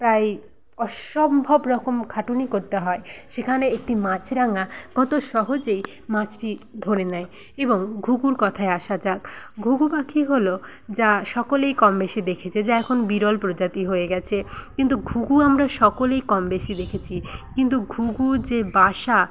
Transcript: প্রায় অসম্ভব রকম খাটুনি করতে হয় সেখানে একটি মাছরাঙা কত সহজেই মাছটি ধরে নেয় এবং ঘুঘুর কথায় আসা যাক ঘুঘু পাখি হল যা সকলেই কম বেশি দেখেছে যা এখন বিরল প্রজাতি হয়ে গিয়েছে কিন্তু ঘুঘু আমরা সকলেই কম বেশি দেখেছি কিন্তু ঘুঘুর যে বাসা